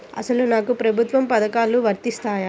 అసలు నాకు ప్రభుత్వ పథకాలు వర్తిస్తాయా?